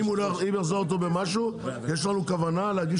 אבל אם הוא יחזור בו במשהו יש לנו כוונה להגיש